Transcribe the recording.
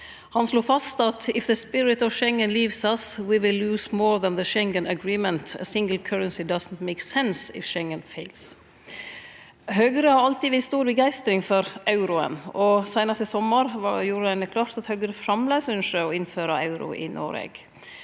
Han slo fast: «If the spirit of Schengen leaves us … we’ll lose more than the Schengen agreement. A single currency doesn’t make sense if Schengen fails.» Høgre har alltid vist stor begeistring for euroen, og seinast i sommar gjorde ein det klart at Høgre framleis ønskjer å innføre euro i Noreg.